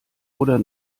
oder